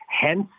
hence